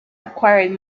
acquired